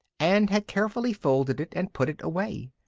and had carefully folded it and put it away.